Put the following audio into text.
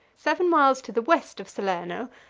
seven miles to the west of salerno,